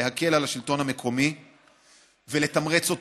להקל על השלטון המקומי ולתמרץ אותו,